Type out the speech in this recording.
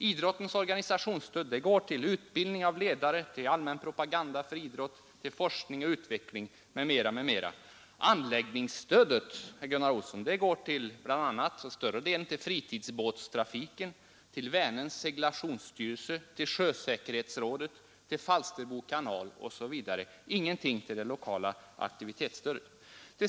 Idrottens organisationsstöd går till utbildning av ledare, till allmän propaganda för idrott, till forskning och utveckling m.m. Anläggningsstödet, Gunnar Olsson, går bl.a. och till större delen till fritidsbåtstrafiken, till Vänerns seglationsstyrelse, till sjösäkerhetsrådet, till Falsterbo kanal osv., men ingenting går till det lokala aktivitetsstödet.